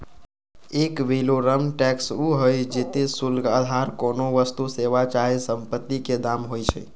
ad valorem tax उ हइ जेते शुल्क अधार कोनो वस्तु, सेवा चाहे सम्पति के दाम होइ छइ